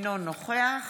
אינו נוכח